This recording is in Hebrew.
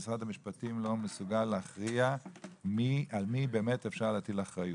משרד המשפטים לא מסוגל להכריע על מי מוטלת האחריות.